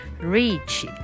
Reach